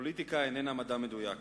פוליטיקה איננה מדע מדויק,